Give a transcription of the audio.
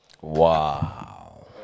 Wow